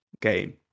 game